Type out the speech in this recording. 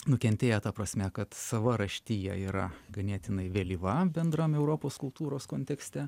nukentėję ta prasme kad sava raštija yra ganėtinai vėlyvam bendram europos kultūros kontekste